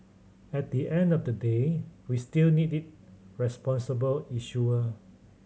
at the end of the day we still need a responsible issuer